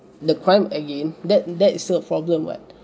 the crime again that that is still a problem [what]